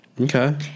Okay